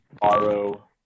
borrow